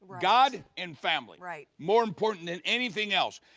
god and family. right. more important than anything else.